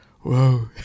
Whoa